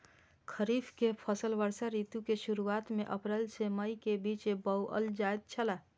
खरीफ के फसल वर्षा ऋतु के शुरुआत में अप्रैल से मई के बीच बौअल जायत छला